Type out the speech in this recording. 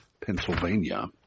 Pennsylvania